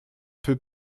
peu